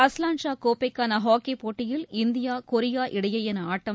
Azlan Shah கோப்பைக்கான ஹாக்கிப் போட்டியில் இந்தியா கொரியா இடையேயான ஆட்டம்